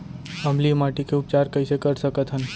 अम्लीय माटी के उपचार कइसे कर सकत हन?